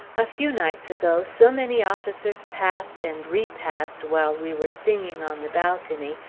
a few nights ago, so many officers passed and repassed while we were singing on the balcony,